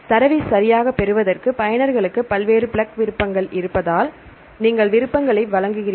தரவை சரியாகப் பெறுவதற்கு பயனர்களுக்கு பல்வேறு பிளக் விருப்பங்கள் இருப்பதால் நீங்கள் விருப்பங்களை வழங்குகிறீர்கள்